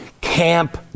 camp